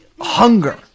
hunger